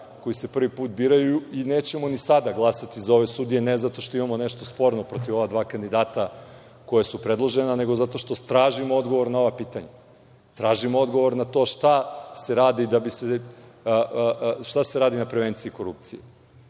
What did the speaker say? koji se prvi put biraju i nećemo ni sada glasati za ove sudije, ne zato što imamo nešto sporno protiv ova dva kandidata koja su predložena, nego zato što tražimo odgovor na ova pitanja. Tražimo odgovor na to šta se radi na prevenciji korupcije,